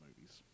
movies